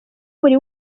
buri